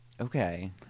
Okay